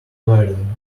quarrelling